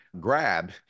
grab